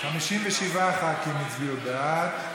57 ח"כים הצביעו בעד,